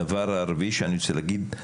הדבר הרביעי שאני רוצה להגיד,